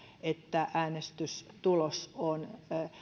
että äänestystulos on